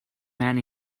man